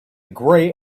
grey